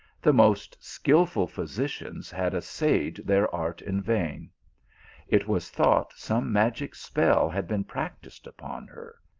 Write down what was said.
the most skilful physicians had essayed their art in vain it was thought some magic spell had been practised upon her,